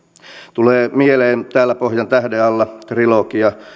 tulee mieleen täällä pohjantähden alla trilogia